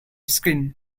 screen